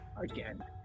again